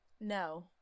No